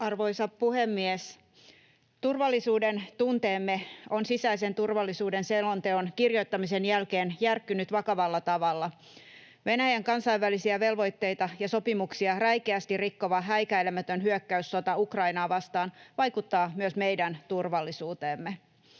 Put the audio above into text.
Arvoisa puhemies! Turvallisuudentunteemme on sisäisen turvallisuuden selonteon kirjoittamisen jälkeen järkkynyt vakavalla tavalla. Venäjän kansainvälisiä velvoitteita ja sopimuksia räikeästi rikkova, häikäilemätön hyökkäyssota Ukrainaa vastaan vaikuttaa myös meidän turvallisuuteemme.